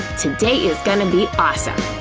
today is gonna be awesome.